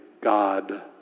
God